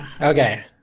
okay